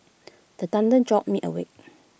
the thunder jolt me awake